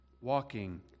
walking